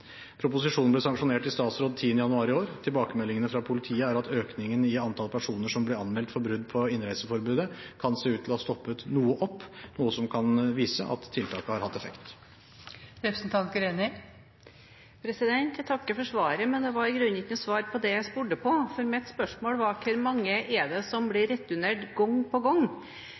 Proposisjonen ble sanksjonert i statsråd 10. januar i år. Tilbakemeldingene fra politiet er at økningen i antallet personer som blir anmeldt for brudd på innreiseforbudet, kan se ut til å ha stoppet noe opp – noe som kan vise at tiltaket har hatt effekt. Jeg takker for svaret, men det var i grunnen ikke et svar på det jeg spurte om. Mitt spørsmål var: Hvor mange blir returnert gang på gang?